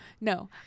no